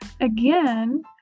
Again